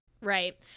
Right